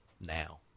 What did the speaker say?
now